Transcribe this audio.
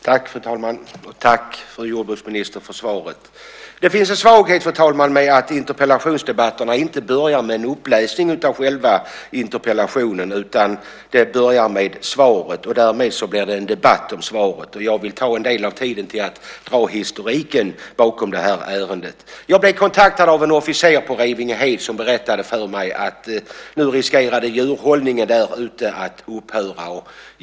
Fru talman! Tack, fru jordbruksminister, för svaret. Det finns en svaghet med att interpellationsdebatterna inte börjar med en uppläsning av själva interpellationen utan börjar med svaret. Därmed blir det en debatt om svaret. Jag vill ta en del av tiden till att dra historiken bakom det här ärendet. Jag blev kontaktad av en officer på Revingehed som berättade för mig att det finns risk för att djurhållningen där ute kommer att upphöra.